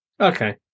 Okay